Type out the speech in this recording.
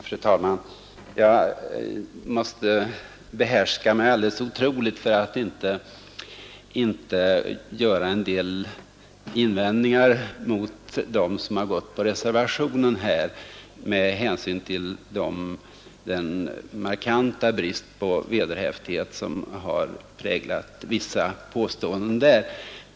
Fru talman! Jag måste behärska mig alldeles otroligt för att inte göra en del invändningar mot dem som har stött reservationen, med hänsyn till den markanta brist på vederhäftighet som har präglat vissa påståenden därvidlag.